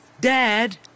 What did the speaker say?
Dad